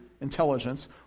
intelligence